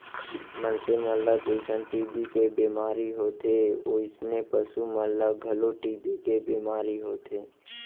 मनसे मन ल जइसन टी.बी के बेमारी होथे वोइसने पसु मन ल घलौ टी.बी के बेमारी होथे